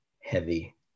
heavy